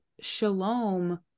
Shalom